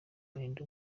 belinda